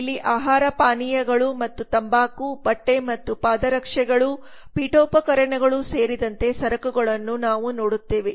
ಇಲ್ಲಿ ಆಹಾರ ಪಾನೀಯಗಳು ಮತ್ತು ತಂಬಾಕು ಬಟ್ಟೆ ಮತ್ತು ಪಾದರಕ್ಷೆಗಳು ಮತ್ತು ಪೀಠೋಪಕರಣಗಳು ಸೇರಿದಂತೆ ಸರಕುಗಳನ್ನು ನಾವು ನೋಡುತ್ತೇವೆ